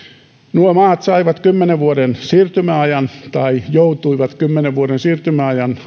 nuo maat saivat kymmenen vuoden siirtymäajan tai joutuivat kymmenen vuoden siirtymäajan